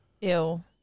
Ew